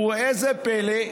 וראה זה פלא,